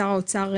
שר האוצר,